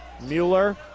Mueller